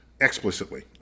explicitly